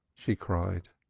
she cried.